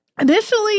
Initially